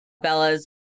Bella's